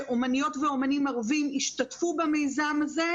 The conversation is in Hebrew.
שאומניות ואומנים ערביים השתתפו במיזם הזה,